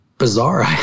bizarre